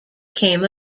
came